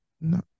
no